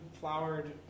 flowered